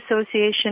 Association